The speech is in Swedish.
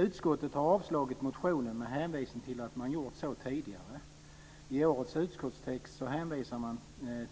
Utskottet har avstyrkt motionen med hänvisning till att det har gjorts så tidigare. I årets utskottstext hänvisas